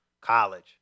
College